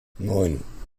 neun